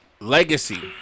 Legacy